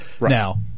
now